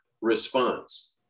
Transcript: response